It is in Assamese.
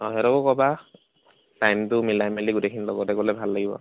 অঁ হেঁতকো ক'বা টাইমটো মিলাই গোটেইখিনি লগতে গ'লে ভাল লাগিব